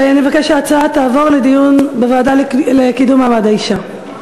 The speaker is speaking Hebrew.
ונבקש שההצעה תעבור לדיון בוועדה לקידום מעמד האישה.